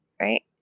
right